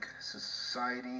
society